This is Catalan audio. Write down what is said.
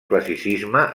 classicisme